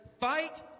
Fight